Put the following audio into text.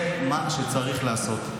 זה מה שצריך לעשות.